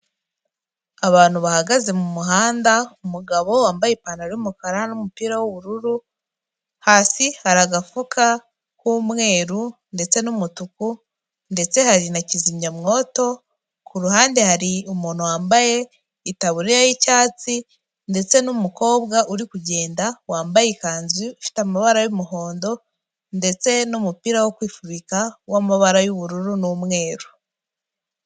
Abantu bahagaze mu muhanda umugabo wambaye ipantaro yumukara numupira w'ubururu, hasi hari agafuka k'umweru ndetse n'umutuku ndetse hari na kizimyamwoto, kuruhande hari umuntu wambaye itaburiya y'icyatsi ndetse n'umukobwa uri kugenda wambaye ikanzu ifite amabara y'umuhondo ndetse n'umupira wo kwifubika wamabara y'ubururu n'umweru.